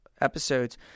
episodes